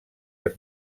els